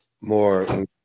more